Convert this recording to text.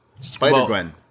Spider-Gwen